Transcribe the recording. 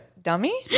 Dummy